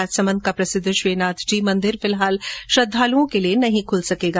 राजसमन्द का प्रसिद्ध श्रीनाथजी मंदिर फिलहाल श्रद्धालुओं के लिये नहीं खुल सकेगा